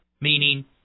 meaning